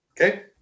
Okay